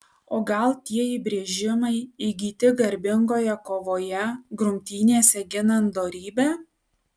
o gal tie įbrėžimai įgyti garbingoje kovoje grumtynėse ginant dorybę